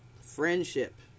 Friendship